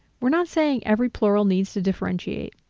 we're not saying every plural needs to differentiate,